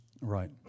Right